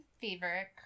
favorite